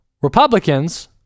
Republicans